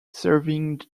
serving